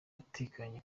atekanye